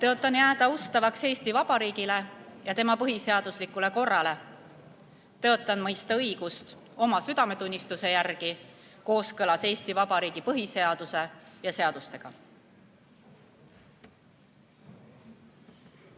Tõotan jääda ustavaks Eesti Vabariigile ja tema põhiseaduslikule korrale. Tõotan mõista õigust oma südametunnistuse järgi kooskõlas Eesti Vabariigi põhiseaduse ja seadustega.